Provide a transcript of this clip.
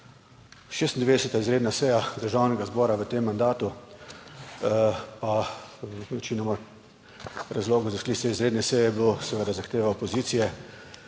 96. izredna seja Državnega zbora v tem mandatu, pa večinoma razlogov za sklic te izredne seje je bilo seveda zahteva opozicije,